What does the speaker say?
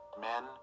men